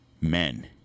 men